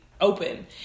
open